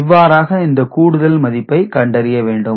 இவ்வாறாக இந்த கூடுதல் மதிப்பை கண்டறிய வேண்டும்